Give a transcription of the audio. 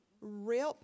Rip